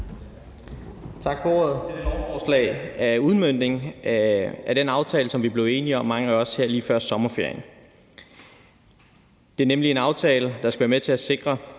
Tak for ordet. Dette lovforslag er en udmøntning af den aftale, mange af os blev enige om lige før sommerferien. Det er nemlig en aftale, der skal være med til at sikre,